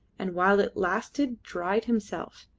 and while it lasted dried himself,